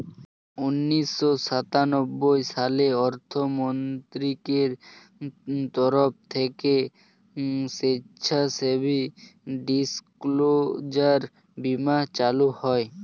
উন্নিশো সাতানব্বই সালে অর্থমন্ত্রকের তরফ থেকে স্বেচ্ছাসেবী ডিসক্লোজার বীমা চালু হয়